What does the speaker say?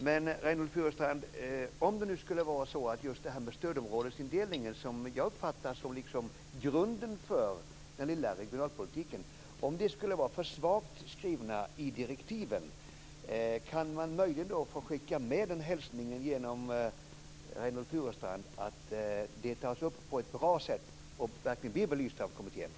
Men, Reynoldh Furustrand, om direktiven när det gäller stödområdesindelningen - som utgör grunden för den lilla regionalpolitiken - skulle vara för svagt skrivna, kan man möjligen skicka med en hälsning genom Reynoldh Furustrand att denna fråga tas upp på ett bra sätt och verkligen blir belyst av kommittén?